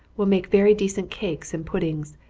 will make very decent cakes and puddings,